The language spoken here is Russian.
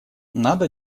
надо